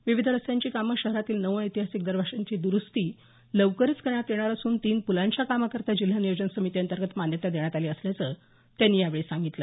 विविध रस्त्यांची कामं शहरातील नऊ ऐतिहासिक दरवाजांची द्रूस्ती लवकरच करण्यात येणार असून तीन पुलांच्या कामाकरता जिल्हा नियोजन समितीअंतर्गत मान्यता देण्यात आली असल्याचं त्यांनी यावेळी सांगितलं